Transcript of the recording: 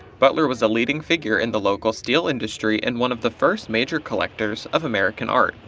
butler was a leading figure in the local steel industry, and one of the first major collectors of american art.